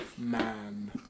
Man